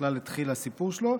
בכלל התחיל הסיפור שלו.